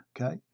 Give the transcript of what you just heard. Okay